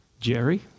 Jerry